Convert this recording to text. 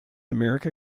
america